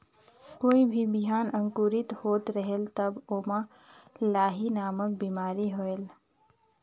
कोई भी बिहान अंकुरित होत रेहेल तब ओमा लाही नामक बिमारी होयल?